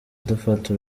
dufata